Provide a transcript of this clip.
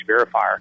verifier